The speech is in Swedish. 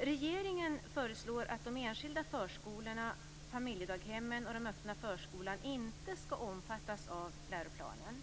Regeringen föreslår att de enskilda förskolorna, familjedaghemmen och den öppna förskolan inte skall omfattas av läroplanen.